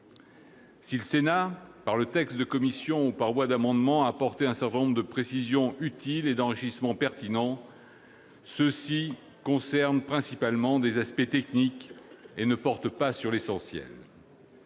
Si le Sénat, par le texte adopté par sa commission spéciale ou par la voie d'amendements, a apporté un certain nombre de précisions utiles et d'enrichissements pertinents, ceux-ci concernent principalement des aspects techniques et ne portent pas sur l'essentiel.